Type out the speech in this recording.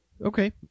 Okay